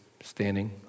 standing